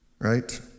right